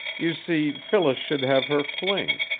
you see phyllis should have her fling.